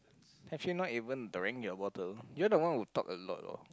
have you not even drink your bottle you are the one who talk a lot or